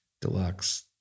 Deluxe